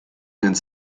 ins